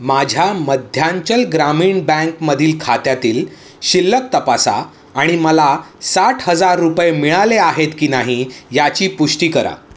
माझ्या मध्यांचल ग्रामीण बँकमधील खात्यातील शिल्लक तपासा आणि मला साठ हजार रुपये मिळाले आहेत की नाही याची पुष्टी करा